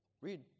Read